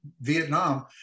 Vietnam